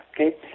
okay